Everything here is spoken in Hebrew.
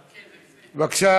בבקשה,